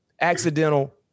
accidental